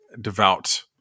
devout